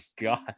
God